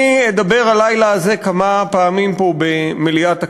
אני אדבר הלילה הזה כמה פעמים פה במליאת הכנסת.